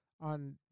on